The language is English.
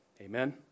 Amen